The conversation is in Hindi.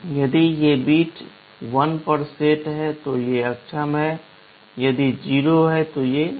यदि ये बिट 1 पर सेट हैं तो ये अक्षम हैं यदि 0 है तो वे सक्षम हैं